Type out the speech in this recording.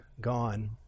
gone